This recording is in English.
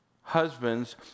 husbands